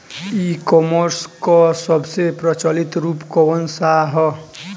ई कॉमर्स क सबसे प्रचलित रूप कवन सा ह?